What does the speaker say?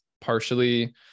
partially